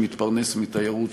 שמתפרנס מתיירות,